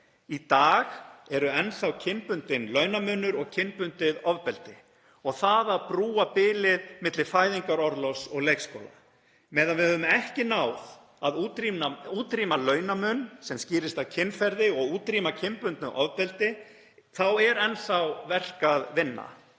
í dag eru enn þá kynbundinn launamunur og kynbundið ofbeldi og það að brúa bilið milli fæðingarorlofs og leikskóla. Meðan við höfum ekki náð að útrýma launamun sem skýrist af kynferði og útrýma kynbundnu ofbeldi er enn þá verk að vinna.